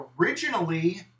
originally